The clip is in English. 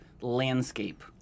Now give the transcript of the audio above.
landscape